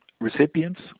Recipients